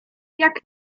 jak